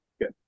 Good